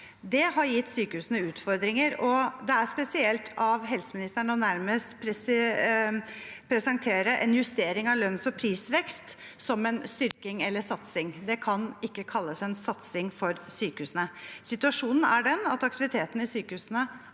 Det har gitt sykehusene utfordringer. Det er også spesielt av helseministeren nærmest å presentere en justering av lønns- og prisvekst som en styrking eller satsing. Det kan ikke kalles en satsing for sykehusene. Situasjonen er den at aktiviteten i sykehusene